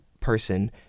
person